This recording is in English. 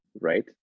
right